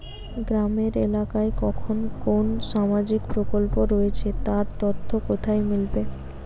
গ্রামের এলাকায় কখন কোন সামাজিক প্রকল্প রয়েছে তার তথ্য কোথায় মিলবে?